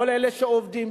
כל אלה שעובדים,